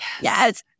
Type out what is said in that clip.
yes